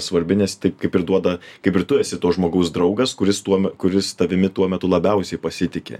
svarbi nes taip kaip ir duoda kaip ir tu esi to žmogaus draugas kuris tuo me kuris tavimi tuo metu labiausiai pasitiki